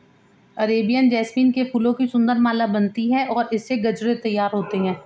Arabian jasmine के फूलों की सुंदर माला बनती है और इससे गजरे तैयार होते हैं